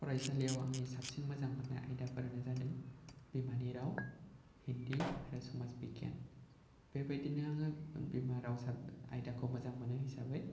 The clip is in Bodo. फरायसालियाव आंनि साबसिन मोजां मोननाय आयदाफोरानो जादों बिमानि राव हिन्दी आरो समाज बिगियान बेबायदिनो आङो बिमा राव साब आयदाखौ मोजां मोनो हिसाबै